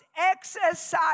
exercise